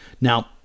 Now